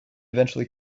eventually